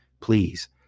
Please